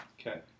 Okay